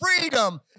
freedom